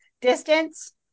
Distance